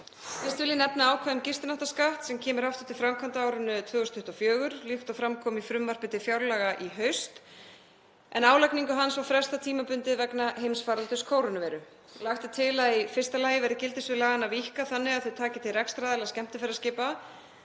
Fyrst vil ég nefna ákvæði um gistináttaskatt sem kemur aftur til framkvæmda á árinu 2024 líkt og fram kom í frumvarpi til fjárlaga í haust. En álagningu hans var frestað tímabundið vegna heimsfaraldurs kórónuveiru. Lagt er til að í fyrsta lagi verði gildissvið laganna víkkað þannig að þau taki til rekstraraðila skemmtiferðaskipa,